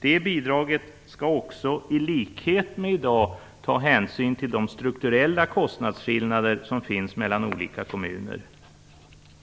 Det bidraget skall också i likhet med i dag ta hänsyn till de strukturella kostnadsskillnader som finns mellan olika kommuner.